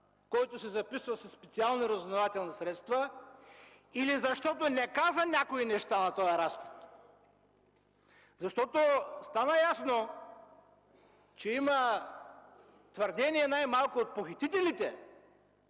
който се записва със специални разузнавателни средства, или защото не каза някои неща на този разпит?!” Стана ясно, че има твърдения, най-малко от похитителите,